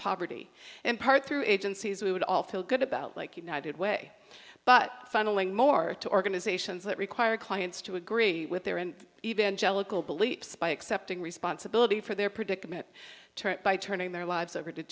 poverty in part through agencies we would all feel good about like united way but funneling more to organizations that require clients to agree with their and evangelical beliefs by accepting responsibility for their predicament by turning their lives over